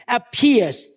appears